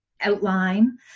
outline